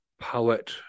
poet